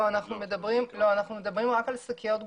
לא אנחנו מדברים רק על שקיות גופיה.